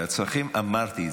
מטורף, ברור.